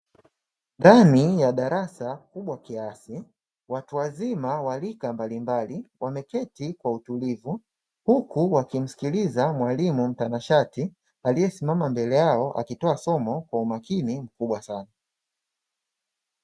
Ndani ya darasa kubwa kiasi, watu wazima wa rika mbalimbali wameketi kwa utulivu, huku wakimsikiliza mwalimu mtanashati, aliyesimama mbele yao akitoa somo kwa umakini mkubwa sana.